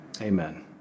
amen